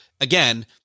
again